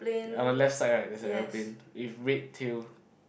our left side right there's an aeroplane if red tail